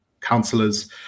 councillors